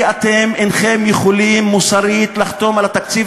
כי אתם אינכם יכולים מוסרית לחתום על התקציב